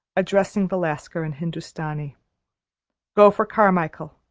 addressing the lascar in hindustani go for carmichael,